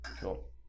Cool